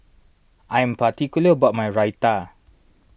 I am particular about my Raita